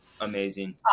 Amazing